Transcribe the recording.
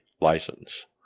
license